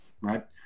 Right